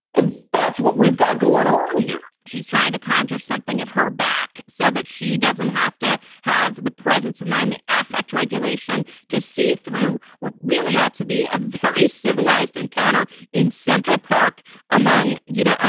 and that's what we've got going on here she's trying to conjure something at her back so that she doesn't have to have the presence of mind, the affect regulation to see through what really ought to be a very civilized encounter in central park among, you know, ah